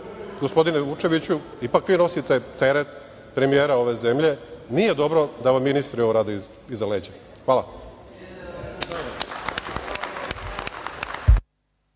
gospodine Vučeviću. Ipak vi nosite teret premijera ove zemlje. Nije dobro da vam ministri ovo rade iza leđa. Hvala.